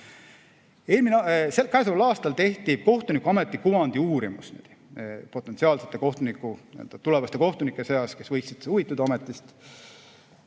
Käesoleval aastal tehti kohtunikuameti kuvandi uurimus potentsiaalsete kohtunike, tulevaste kohtunike seas, kes võiksid huvituda ametist.